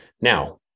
Now